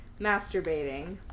masturbating